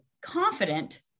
confident